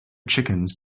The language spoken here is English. chickens